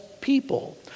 people